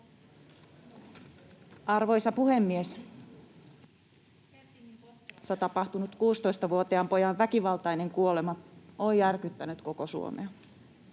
Arvoisa puhemies! Helsingin Koskelassa tapahtunut 16-vuotiaan pojan väkivaltainen kuolema on järkyttänyt koko Suomea.